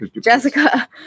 Jessica